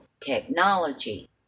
technology